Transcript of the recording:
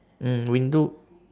mm window